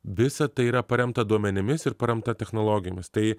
visa tai yra paremta duomenimis ir paremta technologijomis tai